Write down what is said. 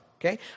Okay